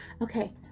Okay